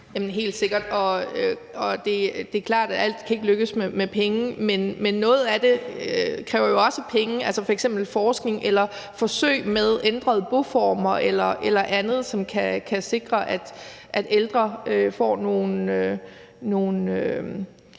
alt ikke kan lykkes med penge, men noget af det kræver jo penge, altså f.eks. forskning eller forsøg med ændrede boformer eller andet, som kan sikre, at ældre får nogle